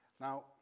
Now